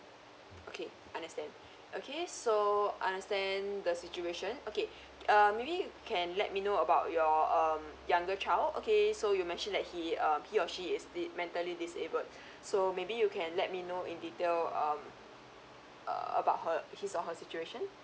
okay understand okay so understand the situation okay err maybe you can let me know about your um younger child okay so you mentioned that he um he or she is di~ mentally disabled so maybe you can let me know in detail um err about her his or her situation